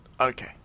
Okay